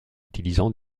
utilisant